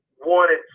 wanted